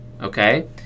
okay